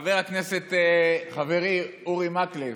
חברי, חבר הכנסת אורי מקלב,